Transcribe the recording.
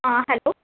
hello